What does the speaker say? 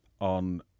on